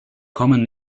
common